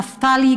נפתלי,